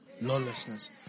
Lawlessness